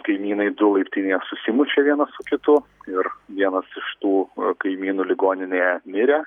kaimynai du laiptinėje susimušė vienas su kitu ir vienas iš tų kaimynų ligoninėje mirė